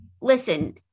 Listen